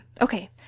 Okay